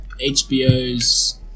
HBO's